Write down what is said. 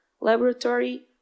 laboratory